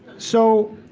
so,